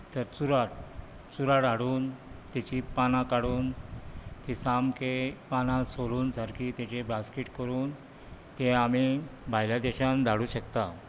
तर चुरड चुरड हाडून ताची पानां काडून तें सामकें पानां सोलून सामकें ताची बासकेट करून तें आमी भायल्या देशांत धाडूंक शकतात